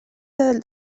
del